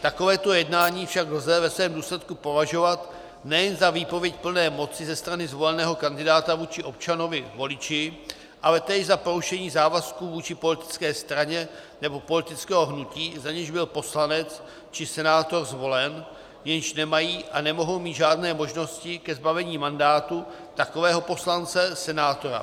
Takovéto jednání však lze ve svém důsledku považovat nejen za výpověď plné moci ze strany zvoleného kandidáta vůči občanovivoliči, ale též za porušení závazků vůči politické straně nebo politického hnutí, za něž byl poslanec či senátor zvolen, jež nemají a nemohou mít žádné možnosti ke zbavení mandátu takového poslance či senátora.